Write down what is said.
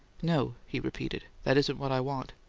no, he repeated. that isn't what i want.